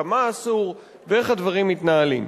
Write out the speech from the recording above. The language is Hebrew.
כמה אסור ואיך הדברים מתנהלים.